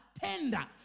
tender